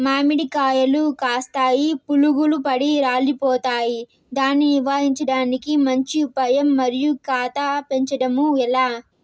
మామిడి కాయలు కాస్తాయి పులుగులు పడి రాలిపోతాయి దాన్ని నివారించడానికి మంచి ఉపాయం మరియు కాత పెంచడము ఏలా?